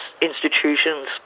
institutions